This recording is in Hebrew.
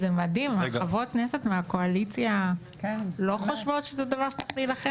זה מדהים חברות הכנסת מהקואליציה לא חושבות שזה דבר שצריך להילחם למענו.